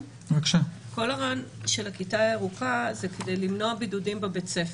כל הרעיון של כיתה ירוקה הוא כדי למנוע בידודים בבית ספר.